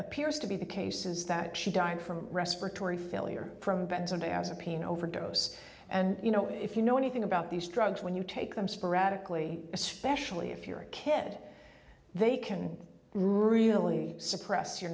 appears to be the case is that she died from respiratory failure from a benzodiazepine overdose and you know if you know anything about these drugs when you take them sporadically especially if you're a kid they can really suppress your